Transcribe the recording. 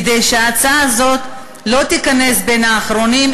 שההצעה הזאת לא תיכנס בין האחרונים,